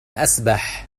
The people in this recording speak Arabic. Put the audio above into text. أسبح